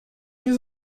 nie